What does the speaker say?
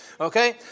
Okay